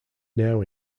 now